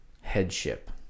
headship